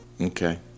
Okay